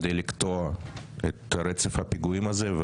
כדי לקטוע את רצף הפיגועים הזה.